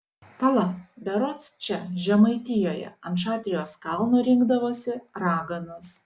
pala berods čia žemaitijoje ant šatrijos kalno rinkdavosi raganos